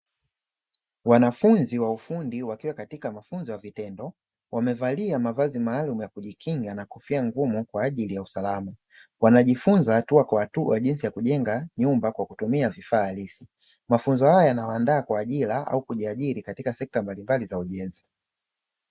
Wanafunzi wa ufundi wakiwa katika mafunzo ya vitendo. Wamevalia mavazi maalumu ya kujikinga na kofia ngumu kwa ajili ya usalama. Wanajifunza hatua kwa hatua jinsi ya kujenga nyumba kwa kutumia vifaa halisi. Mafunzo haya yanawaandaa kwa ajira au kujiajiri katika sekta mbalimbali za ujenzi.